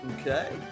okay